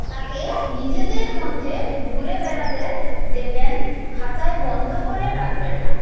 তাকে নিজেদের মধ্যে ঘুরে বেড়াতে দেবেন খাঁচায় বন্ধ করে রাখবেন না